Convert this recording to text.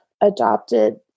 adopted